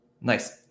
Nice